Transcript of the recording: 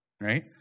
right